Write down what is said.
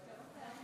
לשבת,